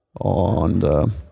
on